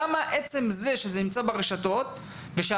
למה עצם זה שזה נמצא ברשתות ושהרשת,